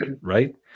right